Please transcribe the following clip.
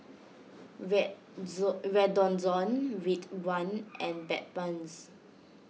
Redoxon Ridwind and Bedpans